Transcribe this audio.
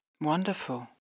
Wonderful